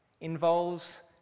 involves